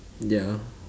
ya